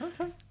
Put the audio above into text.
Okay